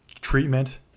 treatment